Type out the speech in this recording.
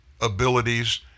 abilities